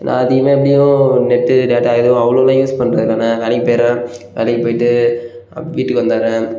நான் அதிகமாக எப்படியும் நெட்டு டேட்டா எதுவும் அவ்வளோலாம் யூஸ் பண்ணுறது இல்லைண்ண வேலைக்கு போயிடுவேன் வேலைக்கு போய்விட்டு வீட்டுக்கு வந்துடுறேன்